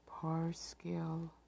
Parscale